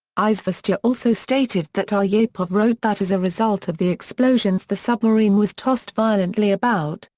izvestia also stated that aryapov wrote that as a result of the explosions the submarine was tossed violently about,